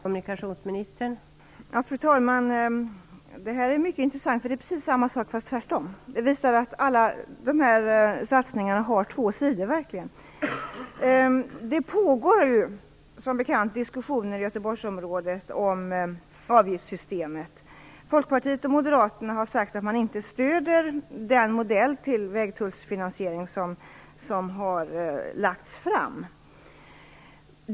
Fru talman! Det här är mycket intressant, för det är precis samma sak som förra frågan fast tvärtom. Det visar att alla dessa satsningar har två sidor. Det pågår som bekant diskussioner i Göteborgsområdet om avgiftssystemet. Folkpartiet och Moderaterna har sagt att de inte stöder den modell för vägtullsfinansiering som har lagts fram.